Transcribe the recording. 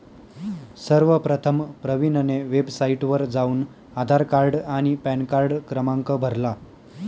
सर्वप्रथम प्रवीणने वेबसाइटवर जाऊन आधार कार्ड आणि पॅनकार्ड क्रमांक भरला